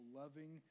loving